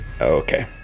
Okay